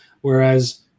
whereas